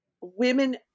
Women